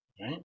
Right